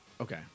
Okay